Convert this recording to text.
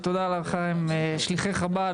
ותודה לכם שליחי חב"ד,